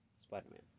Spider-Man